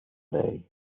day